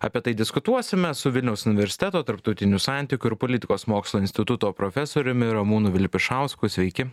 apie tai diskutuosime su vilniaus universiteto tarptautinių santykių ir politikos mokslų instituto profesoriumi ramūnu vilpišausku sveiki